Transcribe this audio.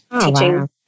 teaching